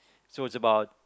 so it's about